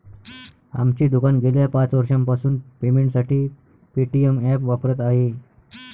आमचे दुकान गेल्या पाच वर्षांपासून पेमेंटसाठी पेटीएम ॲप वापरत आहे